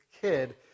kid